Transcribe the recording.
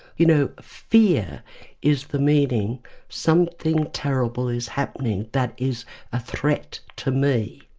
you know fear is the meaning something terrible is happening that is a threat to me.